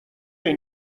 این